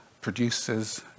producers